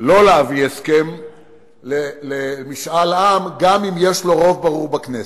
לא להביא הסכם למשאל עם גם אם יש לו רוב ברור בכנסת.